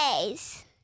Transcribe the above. days